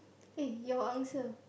eh your answer